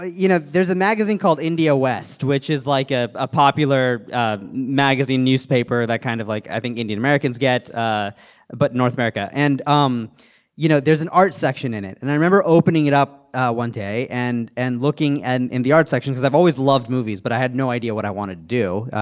ah you know, there's a magazine called india west, which is, like, a ah popular ah magazine newspaper that kind of, like, i think indian-americans indian-americans get ah but north america. and um you know, there's an art section in it. and i remember opening it up one day and and looking and in the art section because i've always loved movies, but i had no idea what i wanted to do.